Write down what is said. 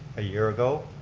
a year ago.